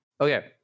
Okay